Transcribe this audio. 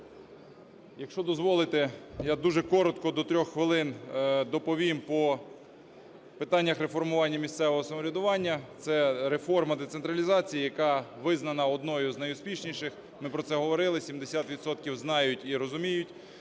Якщо дозволите, я дуже коротко. до 3 хвилин, доповім по питаннях реформування місцевого самоврядування – це реформа децентралізації, яка визнана одною з найуспішніших, ми це про говорили, 70 відсотків знають і розуміють,